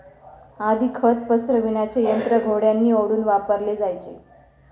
आधी खत पसरविण्याचे यंत्र घोड्यांनी ओढून वापरले जायचे